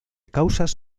causas